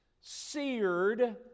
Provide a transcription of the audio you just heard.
seared